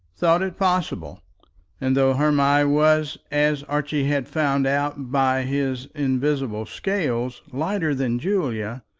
thought it possible and though hermy was, as archie had found out by his invisible scales, lighter than julia,